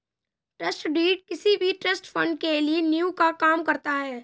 trust deed किसी भी trust fund के लिए नीव का काम करता है